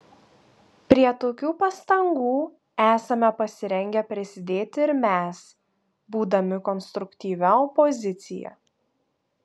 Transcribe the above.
prie tokių pastangų esame pasirengę prisidėti ir mes būdami konstruktyvia opozicija